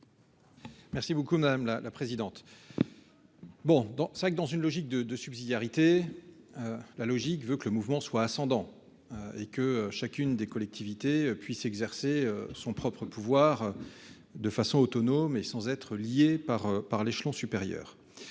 Merci beaucoup madame la présidente. Bon dans sac dans une logique de de subsidiarité. La logique veut que le mouvement soit ascendant. Et que chacune des collectivités puissent exercer son propre pouvoir de façon autonome et sans être lié par par l'échelon supérieur.